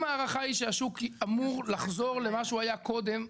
אם ההערכה היא שהשוק אמור לחזור למה שהוא היה קודם,